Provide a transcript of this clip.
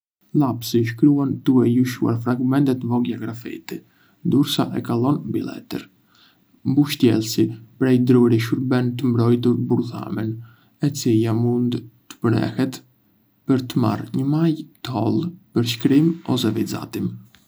Lapsi shkruan të e lëshuar fragmente të vogla grafiti ndërsa e kaloni mbi letër. Mbështjellësi prej druri shërben për të mbrojtur bërthamën, e cila mund të mprehet për të marrë një majë të hollë për shkrim ose vizatim.